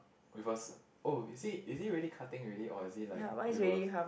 with us oh is he is he already cutting already or is he like with us